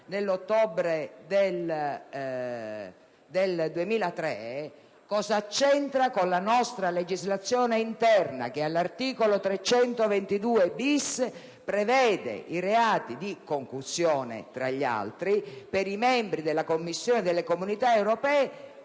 nell'ottobre del 2003), cosa c'entra con la nostra legislazione interna, che all'articolo 322-*bis* del codice penale prevede il reato di concussione, tra gli altri, per i membri della Commissione delle Comunità europee